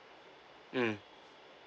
mm